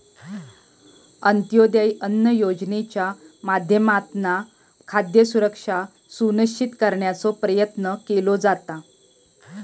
अंत्योदय अन्न योजनेच्या माध्यमातना खाद्य सुरक्षा सुनिश्चित करण्याचो प्रयत्न केलो जाता